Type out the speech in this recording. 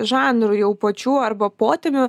žanrų jau pačių arba potemių